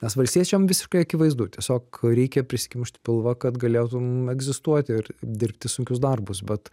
nes valstiečiam visiškai akivaizdu tiesiog reikia prisikimšti pilvą kad galėtum egzistuoti ir dirbti sunkius darbus bet